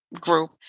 group